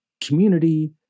community